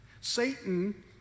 Satan